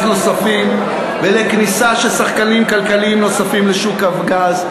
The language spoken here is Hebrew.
נוספים ולכניסה של שחקנים כלכליים נוספים לשוק הגז,